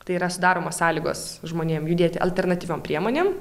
tai yra sudaromos sąlygos žmonėm judėti alternatyviom priemonėm